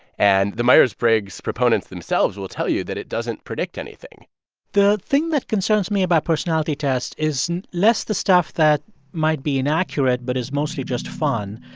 and the myers-briggs proponents themselves will tell you that it doesn't predict anything the thing that concerns me about personality tests is less the stuff that might be inaccurate but is mostly just fun,